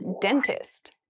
Dentist